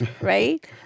Right